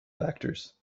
factors